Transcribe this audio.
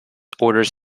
orders